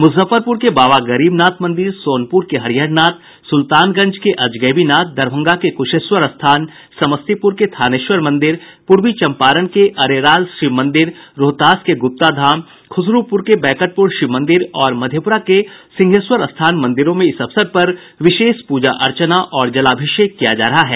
मुजफ्फरपुर के बाबा गरीबनाथ मंदिर सोनपुर के हरिहरनाथ सुल्तानगंज के अजगैबीनाथ दरभंगा के कुशेश्वर स्थान समस्तीपुर के थानेश्वर मंदिर पूर्वी चंपारण के अरेराज शिव मंदिर रोहतास के गुप्ता धाम खुसरूपुर के बैकटपुर शिव मंदिर और मधेपुरा के सिंहेश्वर स्थान मंदिरों में इस अवसर पर विशेष पूजा अर्चना और जलाभिषेक किया जा रहा है